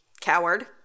coward